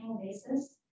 basis